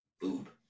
Boob